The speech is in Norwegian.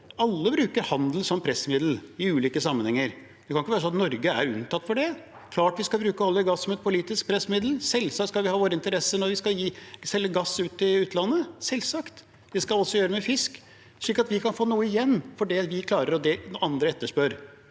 Alle bruker handel som pressmiddel i ulike sammenhenger. Det kan ikke være sånn at Norge er unntatt fra det. Det er klart vi skal bruke olje og gass som et politisk pressmiddel, selvsagt skal vi ivareta våre interesser når vi skal selge gass til utlandet – selvsagt. Vi skal også gjøre det med fisk. Slik kan vi få noe igjen for det andre etterspør.